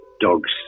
dogs